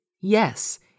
Yes